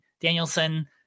Danielson